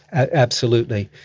absolutely.